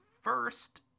first